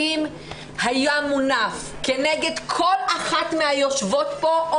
אם היה מונף כנגד כל אחת מהיושבות כאן או